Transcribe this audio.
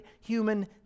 human